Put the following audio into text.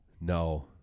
No